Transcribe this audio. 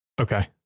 Okay